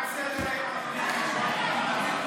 מה סדר-היום, אדוני היושב-ראש?